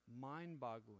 mind-boggling